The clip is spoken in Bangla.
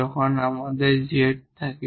যখন আমাদের z থাকে